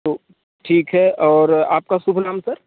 तो ठीक है और आपका शुभ नाम सर